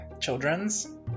Children's